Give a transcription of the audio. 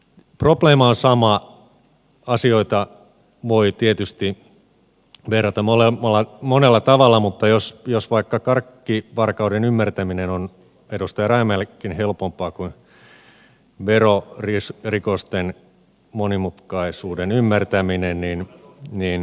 probleema on sama asioita voi tietysti verrata monella tavalla mutta jos vaikka karkkivarkauden ymmärtäminen on edustaja rajamäellekin helpompaa kuin verorikosten monimutkaisuuden ymmärtäminen niin